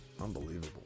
Unbelievable